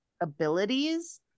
abilities